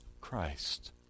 Christ